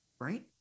right